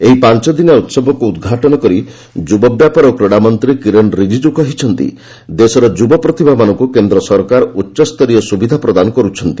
ଏହି ପାଞ୍ଚଦିନିଆ ଉତ୍ସବକୁ ଉଦ୍ଘାଟନ କରି ଯୁବବ୍ୟାପାର ଓ କ୍ରୀଡାମନ୍ତ୍ରୀ କିରେନ୍ ରିଜିଜ୍ଜୁ କହିଛନ୍ତି' ଦେଶର ଯୁବ ପ୍ରତିଭାମାନଙ୍କୁ କେନ୍ଦ୍ର ସରକାର ଉଚ୍ଚସ୍ତରୀୟ ସୁବିଧା ପ୍ରଦାନ କରୁଛନ୍ତି